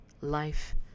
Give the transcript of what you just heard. life